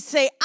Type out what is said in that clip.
Say